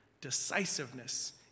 Decisiveness